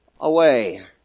away